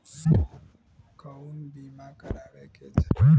कउन बीमा करावें के चाही?